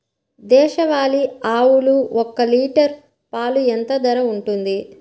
దేశవాలి ఆవులు ఒక్క లీటర్ పాలు ఎంత ధర ఉంటుంది?